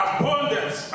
Abundance